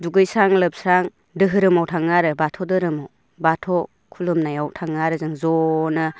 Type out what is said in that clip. दुगैस्रां लोबस्रां धोरोमाव थाङो आरो बाथौ धोरोमाव बाथौ खुलुमनायाव थाङो आरो जों जनो